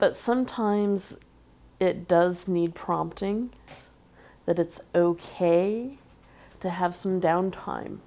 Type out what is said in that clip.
but sometimes it does need prompting that it's ok to have some downtime